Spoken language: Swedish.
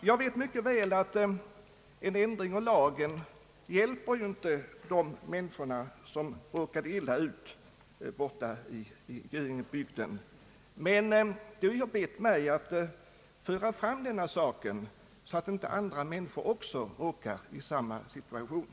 Jag vet mycket väl att en ändring av lagen inte hjälper de människor i Göingebygden som råkade illa ut, men de har bett mig att föra fram den här saken så att inte andra människor också råkar i samma situation.